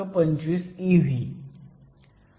25 ev